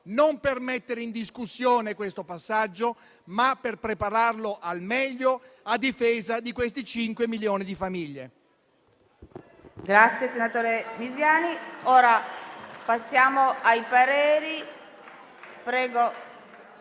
non per mettere in discussione questo passaggio, ma per prepararlo al meglio a difesa di questi cinque milioni di famiglie.